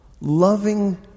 loving